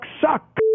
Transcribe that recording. suck